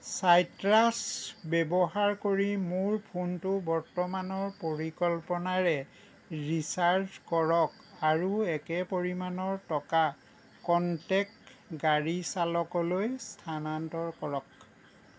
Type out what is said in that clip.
চাইট্ৰাছ ব্যৱহাৰ কৰি মোৰ ফোনটো বৰ্তমানৰ পৰিকল্পনাৰে ৰিচাৰ্জ কৰক আৰু একে পৰিমাণৰ টকা কনটেক্ট গাড়ী চালকলৈ স্থানান্তৰ কৰক